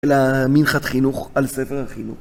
למנחת חינוך על ספר החינוך